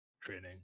training